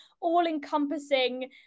all-encompassing